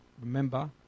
remember